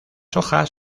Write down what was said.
hojas